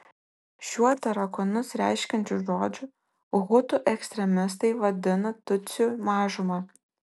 šiuo tarakonus reiškiančiu žodžiu hutų ekstremistai vadino tutsių mažumą